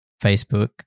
Facebook